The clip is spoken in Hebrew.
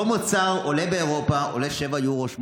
אותו מוצר עולה באירופה 7 8 אירו.